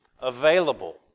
available